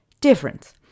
difference